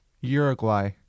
Uruguay